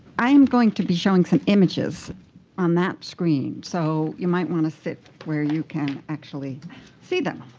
i'm going to be showing some images on that screen. so you might want to sit where you can actually see them.